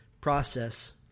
Process